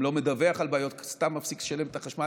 לא מדווח על בעיות סתם מפסיק לשלם את החשמל,